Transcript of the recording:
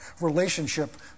relationship